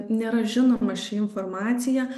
nėra žinoma ši informacija